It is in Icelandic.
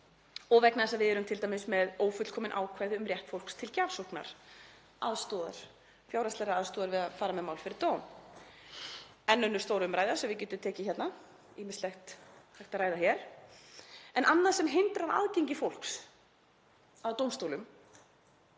og vegna þess að við erum t.d. með ófullkomin ákvæði um rétt fólks til gjafsóknar, aðstoðar, fjárhagslegrar aðstoðar við að fara með mál fyrir dóm — enn önnur stór umræða sem við getum tekið hérna, ýmislegt hægt að ræða hér — en annað sem hindrar aðgengi fólks að dómstólum